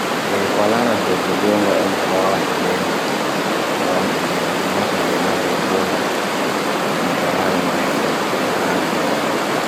Ehh ko a larata to jei goonga on a wawan a mema a wawan a mema amma to na jei gonga to a laari ma a heftan ɗaga ha nonɗe mai ma